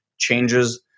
changes